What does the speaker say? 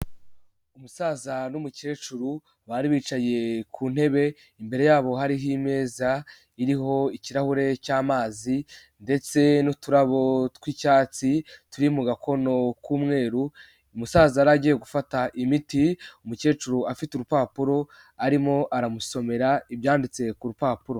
Umusaza n'umukecuru bari bicaye ku ntebe imbere yabo hariho ameza iriho ikirahure cy'amazi ndetse n'uturabo tw'icyatsi turi mu gakono k'umweru umusaza yari agiye gufata imiti umukecuru afite urupapuro arimo aramusomera ibyanditse ku rupapuro.